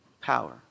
power